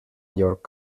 york